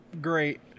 Great